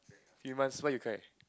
few months why you cry